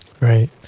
Right